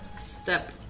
step